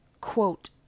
quote